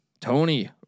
Tony